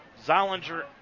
Zollinger